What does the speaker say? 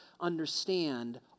understand